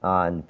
on